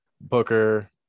Booker